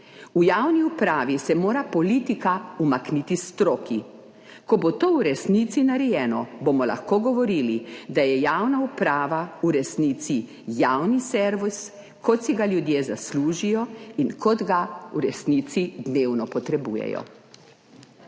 V javni upravi se mora politika umakniti stroki. Ko bo to v resnici narejeno, bomo lahko govorili, da je javna uprava v resnici javni servis, kot si ga ljudje zaslužijo in kot ga v resnici dnevno potrebujejo.